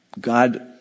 God